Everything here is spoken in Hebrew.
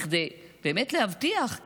כדי להבטיח,